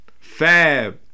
Fab